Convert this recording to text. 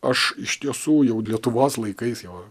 aš iš tiesų jau lietuvos laikais jau